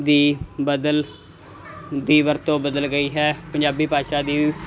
ਦੀ ਬਦਲ ਦੀ ਵਰਤੋਂ ਬਦਲ ਗਈ ਹੈ ਪੰਜਾਬੀ ਭਾਸ਼ਾ ਦੀ